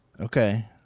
okay